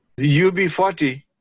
UB40